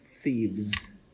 thieves